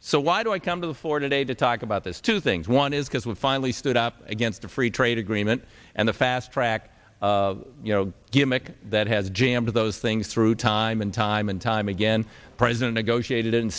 so why do i come to the floor today to talk about this two things one is because we've finally stood up against the free trade agreement and the fast track you know gimmick that has g m to those things through time and time and time again president to go shaded in